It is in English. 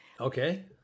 Okay